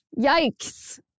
yikes